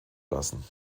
lassen